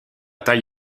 taille